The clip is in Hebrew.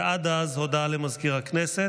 עד אז, הודעה למזכיר הכנסת.